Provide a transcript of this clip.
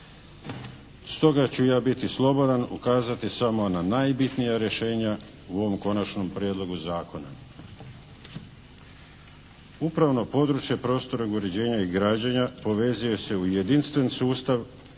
Stoga ću ja biti slobodan ukazati samo na najbitnija rješenja u ovom konačnom prijedlogu zakona. Upravno područje prostornog uređenja i građenja povezuje se u jedinstven sustav,